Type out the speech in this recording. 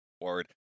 forward